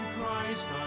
Christ